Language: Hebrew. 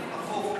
ברחוב,